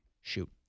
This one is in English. shoot